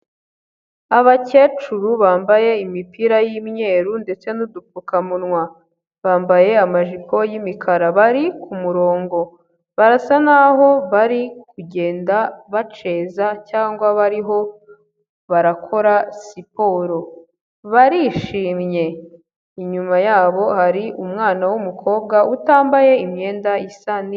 Abakecuru bambaye imipira y'imweru ndetse nu'dupfukamunwa, bambaye amajipo y'imikara, bari ku murongo barasa n'aho bari kugenda baceza cyangwa bariho barakora siporo barishimye, inyuma yabo hari umwana w'umukobwa utambaye imyenda isa n'indi.